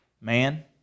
Man